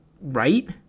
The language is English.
right